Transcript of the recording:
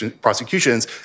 prosecutions